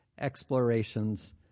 explorations